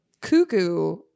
cuckoo